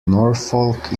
norfolk